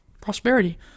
prosperity